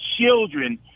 children